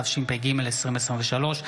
התשפ"ג 2023,